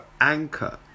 anchor